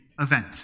event